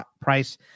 price